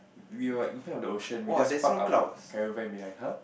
we were in front of the ocean we just park our caravan behind [huh]